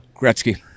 Gretzky